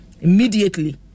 Immediately